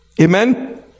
Amen